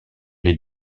les